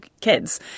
kids